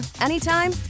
anytime